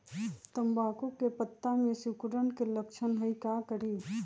तम्बाकू के पत्ता में सिकुड़न के लक्षण हई का करी?